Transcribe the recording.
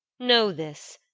know this,